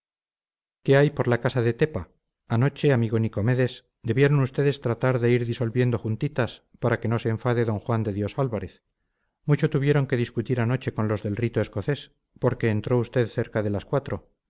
qué hay por la casa de tepa anoche amigo nicomedes debieron ustedes tratar de ir disolviendo juntitas para que no se enfade d juan de dios álvarez mucho tuvieron que discutir anoche los del rito escocés porque entró usted cerca de las cuatro